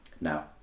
now